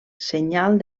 senyal